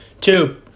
Two